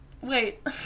Wait